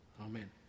Amen